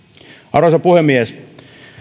arvoisa puhemies